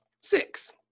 Six